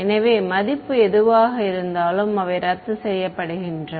எனவே மதிப்பு எதுவாக இருந்தாலும் அவை ரத்து செய்யப்படுகின்றன